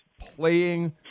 playing